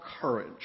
Courage